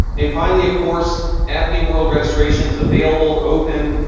and finally, of course, appian world registration is available, open.